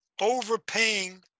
overpaying